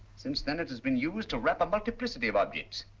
since then it has been used to wrap a multiplicity of objects.